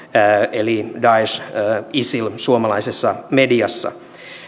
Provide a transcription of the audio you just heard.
eli daesh siis isil suomalaisessa mediassa